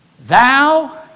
thou